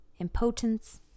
impotence